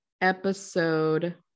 episode